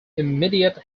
immediate